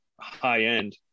high-end